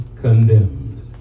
condemned